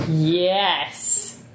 Yes